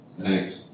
Thanks